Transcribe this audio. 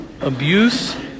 abuse